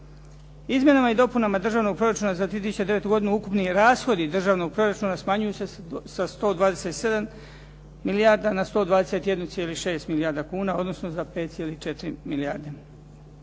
Izmjenama i dopunama Državnog proračuna za 2009. godinu ukopni rashodi državnog proračuna smanjuju se sa 127 milijarda na 121,6 milijarda kuna, odnosno za 5,4 milijarde.